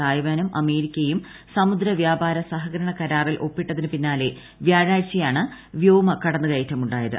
തായ്വാനും അമേരിക്കയും സമുദ്രവ്യാപാര സഹകരണ കരാറിൽ ഒപ്പിട്ടതിന് പിന്നാലെ വെള്ളിയാഴ്ചയാണ് വ്യോമ കടന്നുകയറ്റ മുണ്ടായത്